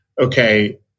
okay